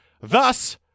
Thus